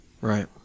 right